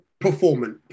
performance